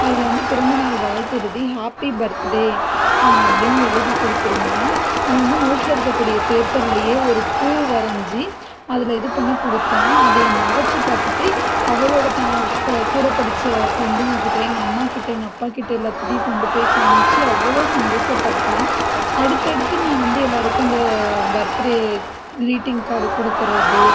அதில் வந்து பிறந்தநாள் வாழ்த்து எழுதி ஹாப்பி பர்த்டே அப்படின்னு எழுதிக் கொடுத்துருந்தேன் அது வந்து நோட்ல இருக்கக்கூடிய பேப்பர்லயே ஒரு பூ வரைஞ்சி அதில் இது பண்ணி கொடுத்தேன் அதை என் தங்கச்சி பார்த்துட்டு அவளோட த கூட படித்த ஃப்ரெண்டுங்ககிட்ட எங்கள் அம்மாக்கிட்ட எங்கள் அப்பாக்கிட்ட எல்லாத்துகிட்டியும் கொண்டுப் போய் காமிச்சி அவ்வளோ சந்தோசப்பட்டாள் அடுத்தடுத்து நான் வந்து எல்லாருக்கும் இந்த பர்த்டே க்ரீட்டிங் கார்டு கொடுக்கறது